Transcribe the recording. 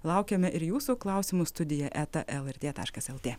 laukiame ir jūsų klausimų studija eta lrt taškas lt